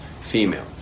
female